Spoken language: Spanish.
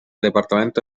departamento